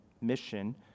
mission